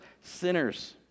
sinners